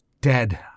Dead